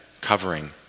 covering